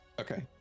Okay